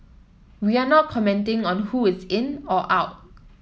we are not commenting on who is in or out